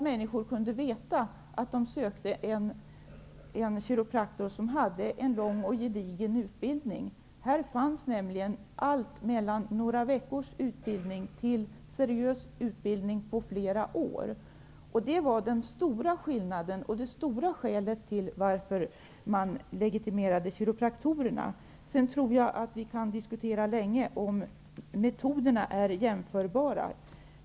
Människor ville vara förvissade om att en viss kiropraktor hade lång och gedigen utbildning. Utbildningsmässigt fanns nämligen allt -- från en utbildning som omfattade några veckor till en seriös utbildning som omfattade flera år. Det var den stora skillnaden och det avgörande skälet till att kiropraktorerna legitimerades. Sedan vill jag säga att jag tror att vi kan hålla på länge med diskussioner om huruvida metoderna är jämförbara.